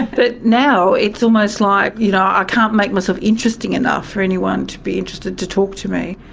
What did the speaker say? but now it's almost like you know i can't make myself interesting enough for anyone to be interested to talk to me.